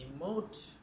emote